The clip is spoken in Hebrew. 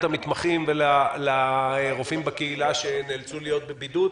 המתמחים והרופאים בקהילה שנאלצו להיות בבידוד,